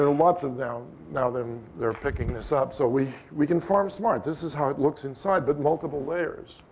ah and lots of them now that are picking this up. so we we can farm smart. this is how it looks inside, but multiple layers.